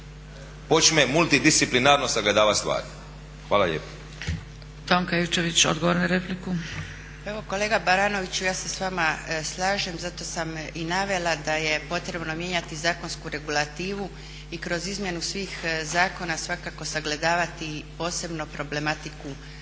počne multidisciplinarno sagledavati stvari. Hvala lijep.